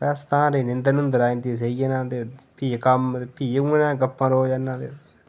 बस तां करी नींदर नुंदर आई जंदी ते सेई जाना ते फ्ही कम्म ते फ्ही उ'यै नेहा गप्पां रोज